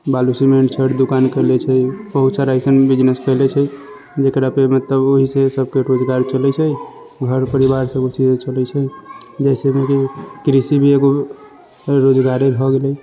बालू सिमेंट छड़ दोकान केले छै बहुत सारा अइसन बिजनेस कैलय छै जेकरा पे मतलब ओहि से सबके रोजगार चलै छै घर परिवार सब उसी से चलै छै जैसे मे कृषि भी एगो रोजगारे भऽ गेलै